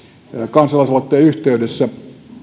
kansalaisaloitteen yhteydessä